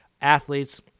athletes